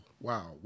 Wow